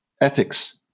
ethics